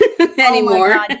anymore